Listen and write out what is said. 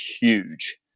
huge